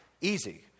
easy